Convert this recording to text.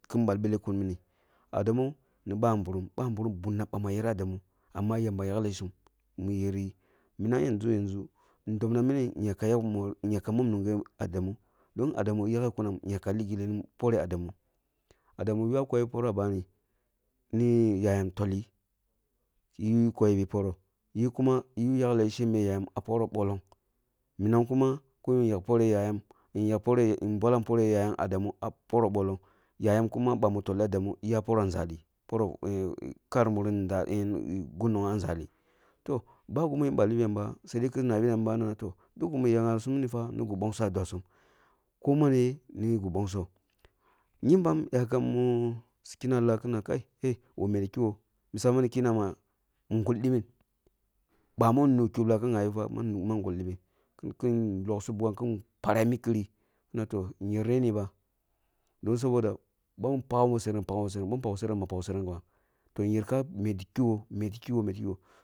Kin bal beleh kum mini, adamu ni babirum, babirum bunna ma ya yeri adamu amma yamba yakleh sum mi yeri yi, minam yanʒu yanʒu, ehn dobna mini yakum ah yak umurne yakam ah mom nunge adamu don adamu yaghe kunam ehn yaka li gilli ni mu poreh adamu. Adamu ywa koyi poroh ah bani, ni yayam tolli ki koyi bi poroh, yi kuma eh yakleh shembe yayam ah poroh boling, minam kuma kun yak poreh yayam, ehn yak poroh ehn bolan poreh yayam adamu ah poroh bolung, yayam kuma bami yakni adamu eh yah poroh nʒali, poroh kar muri ndah gi nogho ah nʒali, toh, ba gimin balli bi yamba saidai kima toh, duk gimi ya ghaba sum minifa ni gi nbongsoh, kyembam yakum mi si kenna lah kina kai heh, wa meti kigho misa mini ki nama ngul dibim? Bamin nu kubrah kin ghyabi fa kuma ngul dibiu? Kin loksu bugham kin pari ah mi kiri kine toh, yer reni ba don saboda bin pagham bo sereng enh pagham bo sereng, bin pak bo sereng ba ehn pakbo seerengba toh yereh ka meti kagho meti kigho meti kigho.